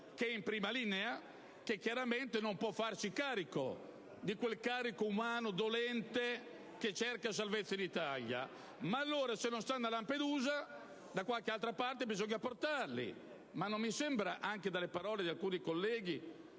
in prima linea e non può farsi carico di quel carico umano, dolente, che cerca salvezza in Italia. Ma allora, se non possono stare a Lampedusa, da qualche altra parte bisogna portarli. Non mi sembra però, dalle parole di alcuni colleghi,